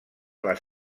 les